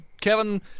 Kevin